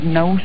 no